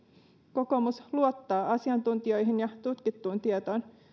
kokoomus luottaa asiantuntijoihin ja tutkittuun tietoon